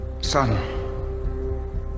Son